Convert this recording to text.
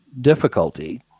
difficulty